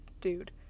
dude